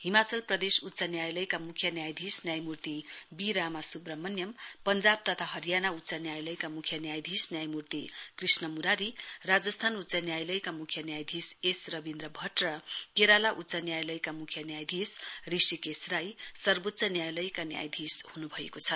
हिमाचल प्रदेश उच्च न्यायालयका म्ख्य न्यायाधीश न्यायमूर्ति बी रामा सुब्रहमण्यम पंजाब तथा हरियाणा उच्च न्यायालयका मुख्य न्यायाधीश न्यायमूर्ति कृष्ण मुरारी राज्स्थान उच्च न्यायालयका मुख्य न्यायाधीश एस रबीन्द्र भट र केराला उच्च न्यायालयका म्ख्य न्यायाधीश ऋषिकेश राय सर्वोच्च न्यायालयका न्यायाधीश ह्न्भएको छ